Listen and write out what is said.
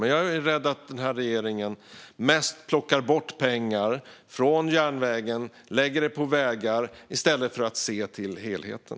Men jag är rädd att den här regeringen mest plockar bort pengar från järnvägen och lägger dem på vägar i stället för att se till helheten.